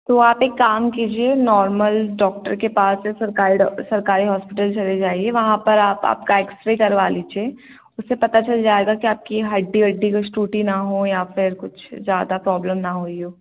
तो आप एक काम कीजिए नॉर्मल डॉक्टर के पास या सरकारी डॉक्टर सरकारी हॉस्पिटल चले जाइए वहाँ पर आप आपका एक्सरे करवा लीजिए उससे पता चल जाएगा कि आपकी हड्डी उड्डी कुछ टूटी ना हो या फ़िर कुछ ज़्यादा प्रॉब्लम ना हुई हो